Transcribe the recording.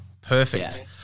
Perfect